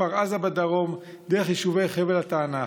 כפר עזה בדרום דרך יישובי חבל התענך.